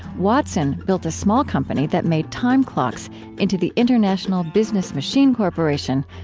watson built a small company that made time clocks into the international business machine corporation,